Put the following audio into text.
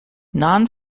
non